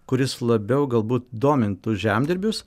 kuris labiau galbūt domintų žemdirbius